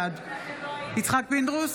בעד יצחק פינדרוס,